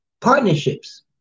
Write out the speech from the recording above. partnerships